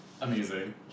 Amazing